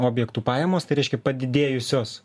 objektų pajamos tai reiškia padidėjusios